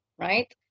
right